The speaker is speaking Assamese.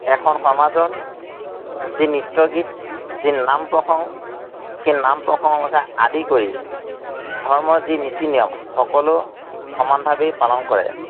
এখন সমাজত যি নৃত্য গীত যি নাম প্ৰসংগ সেই নাম প্ৰসংগকে আদি কৰি ধৰ্মৰ যি নীতি নিয়ম সকলো সমানভাৱেই পালন কৰে